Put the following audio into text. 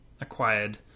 acquired